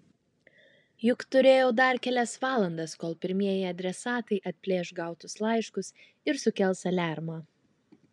juk turėjau dar kelias valandas kol pirmieji adresatai atplėš gautus laiškus ir sukels aliarmą